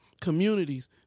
communities